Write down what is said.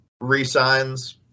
re-signs